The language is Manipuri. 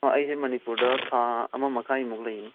ꯑꯩꯁꯦ ꯃꯅꯤꯄꯨꯔꯗ ꯊꯥ ꯑꯃ ꯃꯈꯥꯏꯃꯨꯛ ꯂꯩꯅꯤ